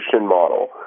model